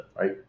right